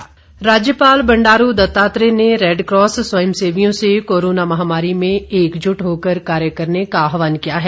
राज्यपाल राज्यपाल बंडारू दत्तात्रेय ने रेडक्रॉस स्वयंसेवियों से कोरोना महामारी में एकजुट होकर कार्य करने का आहवान किया है